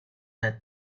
had